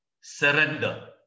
Surrender